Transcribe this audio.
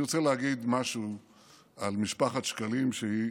אני רוצה להגיד משהו על משפחת שקלים, שהיא